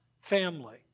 family